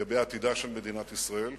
לגבי עתידה של מדינת ישראל.